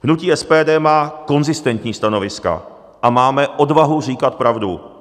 Hnutí SPD má konzistentní stanoviska a máme odvahu říkat pravdu.